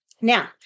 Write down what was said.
Now